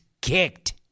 kicked